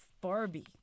Barbie